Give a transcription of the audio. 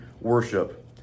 worship